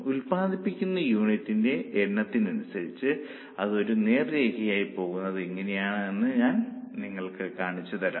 ഉൽപാദിപ്പിക്കുന്ന യൂണിറ്റിനെ Unit's എണ്ണത്തിനനുസരിച്ച് അതൊരു നേർരേഖയായി പോകുന്നത് എങ്ങനെയാണെന്ന് ഞാൻ നിങ്ങൾക്ക് കാണിച്ചു തരാം